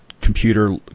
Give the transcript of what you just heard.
computer